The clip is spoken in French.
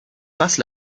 passe